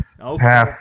Okay